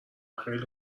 خیلی